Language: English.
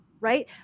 right